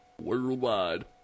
Worldwide